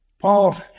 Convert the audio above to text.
Paul